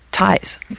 Ties